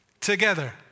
together